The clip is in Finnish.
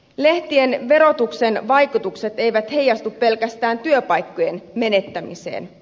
lehtien verotuksen vaikutukset eivät heijastu pelkästään työpaikkojen menettämiseen